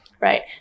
right